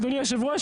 אדוני היושב ראש,